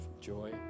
joy